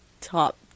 top